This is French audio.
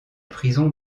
prison